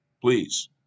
please